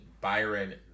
Byron